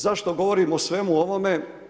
Zašto govorim o svemu ovome?